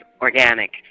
organic